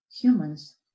humans